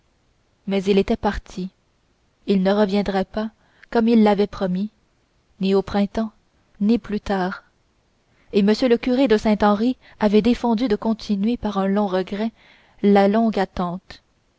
mais il était parti il ne reviendrait pas comme il l'avait promis ni au printemps ni plus tard et m le curé de saint henri avait défendu de continuer par un long regret la longue attente